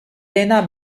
lena